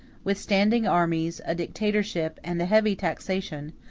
with standing armies, a dictatorship, and a heavy taxation,